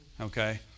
Okay